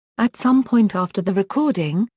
at some point after the recording,